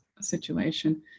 Situation